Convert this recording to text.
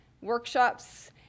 workshops